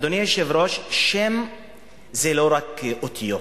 אדוני היושב-ראש, שם זה לא רק אותיות.